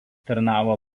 tarnavo